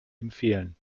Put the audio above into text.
empfehlen